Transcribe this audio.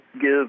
give